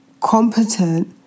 competent